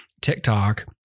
TikTok